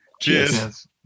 Cheers